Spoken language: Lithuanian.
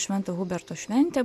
švento huberto šventė